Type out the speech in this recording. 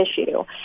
issue